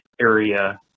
area